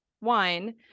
wine